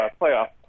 Playoff